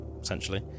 essentially